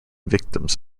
victims